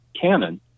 canon